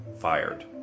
fired